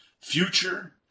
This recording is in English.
future